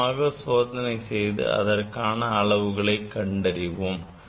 நாமாக சோதனை செய்து அதற்கான அளவுகளை கண்டறிவோம்